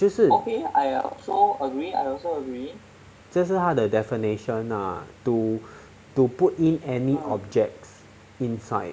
这是这是他的 definition lah to to put in any objects inside